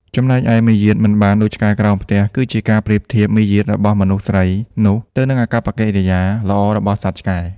ចំណែកឯ "មាយាទមិនបានដូចឆ្កែក្រោមផ្ទះ" គឺជាការប្រៀបធៀបមារយាទរបស់មនុស្សស្រីនោះ ទៅនឹងអាកប្បកិរិយាល្អរបស់សត្វឆ្កែ។